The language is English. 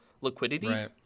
liquidity